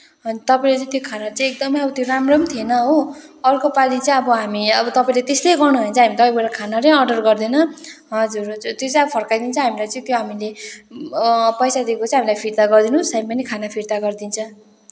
अनि तपाईँले चाहिँ त्यो खाना चाहिँ एकदमै अब त्यो राम्रो पनि थिएन हो अर्कोपालि चाहिँ अब हामी अब तपाईँले त्यस्तै गर्नुभयो भने चाहिँ हामी तपाईँबाट खाना नै अर्डर गर्दैन हजुर हजुर त्यो चाहिँ अब फर्काइदिन्छ हामीलाई चाहिँ त्यो हामीले पैसा दिएको चाहिँ हामीलाई फिर्ता गरिदिनुहोस् हामी पनि खाना फिर्ता गरिदिन्छ